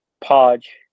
Podge